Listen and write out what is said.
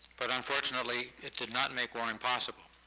but unfortunately it did not make war impossible.